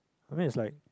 but then it's like